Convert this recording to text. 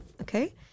okay